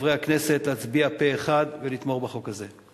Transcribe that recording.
לחברי הכנסת להצביע פה-אחד ולתמוך בחוק הזה.